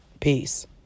Peace